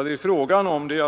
politiska fångar.